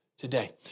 Today